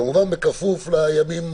כמובן, בכפוף לימים